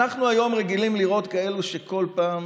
אנחנו היום רגילים לראות כאלה שכל פעם